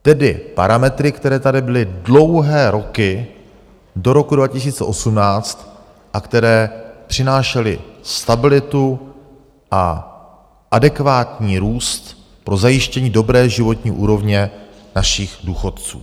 Tedy parametry, které tady byly dlouhé roky do roku 2018 a které přinášely stabilitu a adekvátní růst pro zajištění dobré životní úrovně našich důchodců.